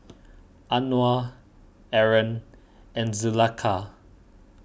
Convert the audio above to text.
Anuar Aaron and Zulaikha